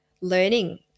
learning